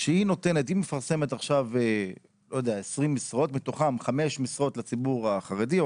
שכשהיא מפרסמת 20 משרות ומתוכן חמש משרות לציבור החרדי,